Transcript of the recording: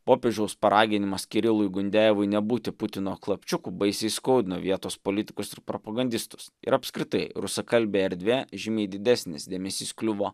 popiežiaus paraginimas kirilui gundejavui nebūti putino klapčiuku baisiai įskaudino vietos politikus ir propagandistus ir apskritai rusakalbėje erdvėje žymiai didesnis dėmesys kliuvo